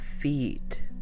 feet